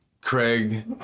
Craig